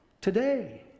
today